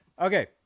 Okay